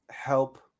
help